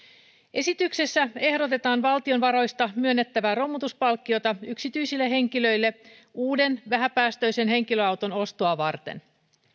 esityksessä ehdotetaan valtion varoista myönnettävää romutuspalkkiota yksityisille henkilöille uuden vähäpäästöisen henkilöauton ostoa varten